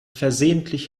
versehentlich